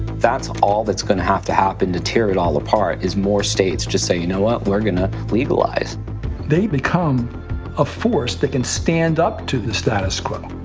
that's all that's gonna have to happen to tear it all apart is more states just saying, you know what? we're gonna legalize they become a force that can stand up to the status quo.